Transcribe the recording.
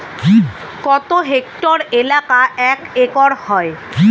কত হেক্টর এলাকা এক একর হয়?